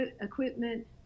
equipment